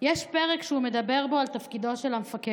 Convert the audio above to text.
יש פרק שהוא מדבר בו על תפקידו של המפקד.